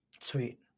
Sweet